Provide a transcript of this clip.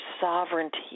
sovereignty